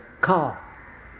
car